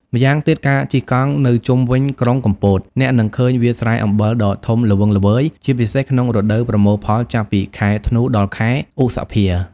ម្យ៉ាងទៀត ការជិះកង់នៅជុំវិញក្រុងកំពត អ្នកនឹងឃើញវាលស្រែអំបិលដ៏ធំល្វឹងល្វើយ ជាពិសេសក្នុងរដូវប្រមូលផល ចាប់ពីខែធ្នូ ដល់ខែឧសភា។